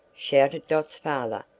shouted dot's father,